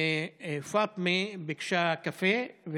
פאטמה ביקשה קפה,